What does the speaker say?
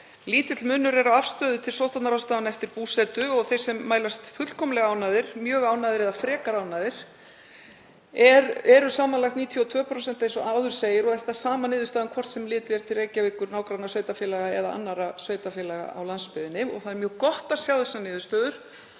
Lítill munur er á afstöðu til sóttvarnaráðstafana eftir búsetu og þeir sem mælast fullkomlega ánægðir, mjög ánægðir eða frekar ánægðir eru samanlagt 92%, eins og áður segir, og er það sama niðurstaðan hvort sem litið er til Reykjavíkur, nágrannasveitarfélaga eða annarra sveitarfélaga á landsbyggðinni. Það er mjög gott að sjá þessar niðurstöður